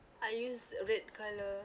I use a red colour